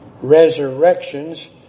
resurrections